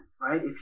right